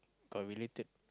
got related